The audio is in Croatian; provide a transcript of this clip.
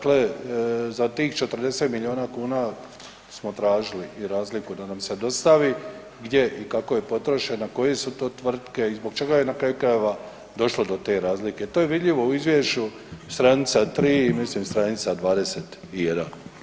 Dakle, za tih 40 milijuna kuna smo tražili i razliku da nam se dostavi, gdje i kako je potrošena, koje su to tvrtke i zbog čega je na kraju krajeva došlo do te razlike, to je vidljivo u Izvješću, stranica 3 i mislim stranica 21.